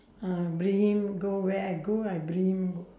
uh bring him go where I go I bring him go